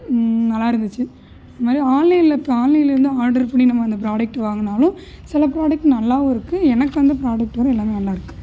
நல்லா இருந்துச்சு இந்தமாரி ஆன்லைனில் இப்போ ஆன்லைன்லருந்து ஆர்டரு பண்ணி நம்ம அந்த ப்ராடக்ட் வாங்கினாலும் சில ப்ராடக்ட் நல்லாவும் இருக்குது எனக்கு வந்த ப்ராடக்ட் வந்து எல்லாமே நல்லாயிருக்கு